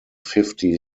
fifty